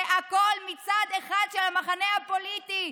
זה הכול מצד אחד של המחנה הפוליטי.